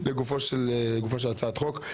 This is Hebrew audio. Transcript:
לגופה של הצעת החוק,